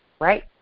right